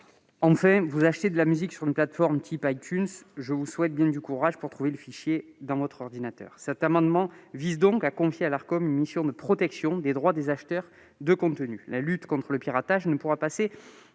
Enfin, si vous achetez de la musique sur une plateforme de type iTunes, je vous souhaite bien du courage pour trouver le fichier dans votre ordinateur ... Cet amendement vise donc à confier à l'Arcom une mission de protection des droits des acheteurs de contenus. La lutte contre le piratage ne pourra passer